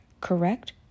correct